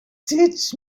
teach